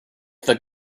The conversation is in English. the